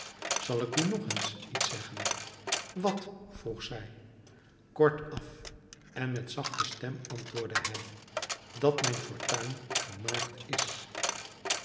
zal ik u nog eens iets zeggen wat vroeg zij kortaf en met zachte stem antwoordde hij dat mijn fortuin gemaakt is